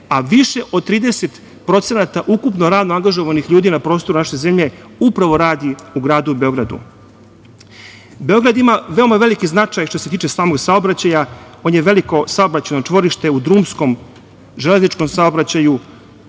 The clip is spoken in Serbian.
a više od 30% ukupno radno angažovanih ljudi na prostoru naše zemlje upravo radi u gradu Beogradu. Beograd ima veoma veliki značaj što se tiče samog saobraćaja. On je veliko saobraćajno čvorište u drumskom, železničkom saobraćaju.